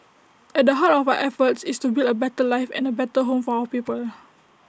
at the heart of our efforts is to build A better life and A better home for our people